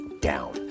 down